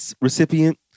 recipient